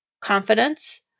confidence